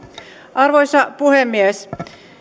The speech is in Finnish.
arvoisa puhemies